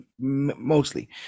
mostly